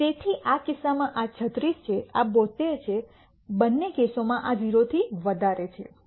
તેથી આ કિસ્સામાં આ 36 છે આ 72 છે બંને કેસોમાં આ 0 થી વધારે છે